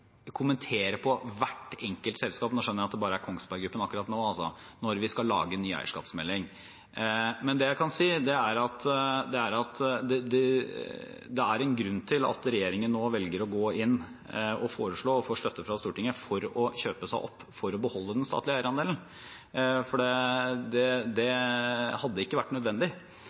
enkelt selskap – jeg skjønner at det bare er Kongsberg Gruppen akkurat nå, altså – når vi skal lage en ny eierskapsmelding. Men det jeg kan si, er at det er en grunn til at regjeringen nå velger å gå inn og foreslå – og får støtte fra Stortinget til – å kjøpe seg opp for å beholde den statlige eierandelen. Det hadde ikke vært nødvendig.